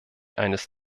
eines